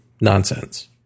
nonsense